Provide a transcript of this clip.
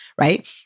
Right